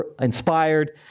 inspired